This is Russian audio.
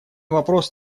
вопрос